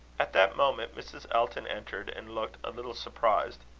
at that moment mrs. elton entered, and looked a little surprised.